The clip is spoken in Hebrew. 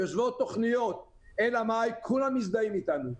כולם מזדהים איתנו,